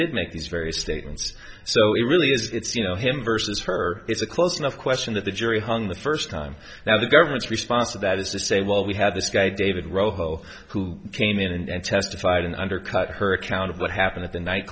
did make these various statements so it really is it's you know him versus her it's a close enough question that the jury hung the first time now the government's response to that is to say well we had this guy david rowe who came in and testified and undercut her account of what happened at the night